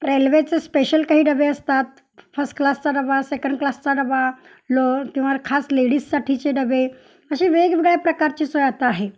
रेल्वेचे स्पेशल काही डबे असतात फस क्लासचा डबा सेकंड क्लासचा डबा लो किंवा खास लेडीजसाठीचे डबे असे वेगवेगळ्या प्रकारची सोय आता आहे